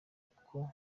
uko